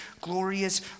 glorious